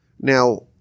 Now